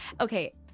okay